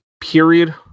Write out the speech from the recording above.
period